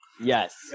Yes